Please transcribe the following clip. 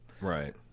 right